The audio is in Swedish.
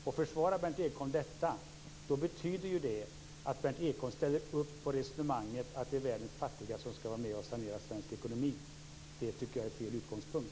Om Berndt Ekholm försvarar detta betyder det att Berndt Ekholm ställer upp på resonemanget att det är världens fattiga som ska vara med och sanera svensk ekonomi. Jag tycker att det är fel utgångspunkt.